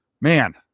Man